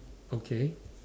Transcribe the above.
okay